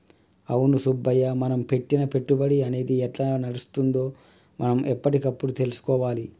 అవును సుబ్బయ్య మనం పెట్టిన పెట్టుబడి అనేది ఎట్లా నడుస్తుందో మనం ఎప్పటికప్పుడు తెలుసుకోవాలి